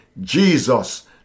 Jesus